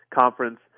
conference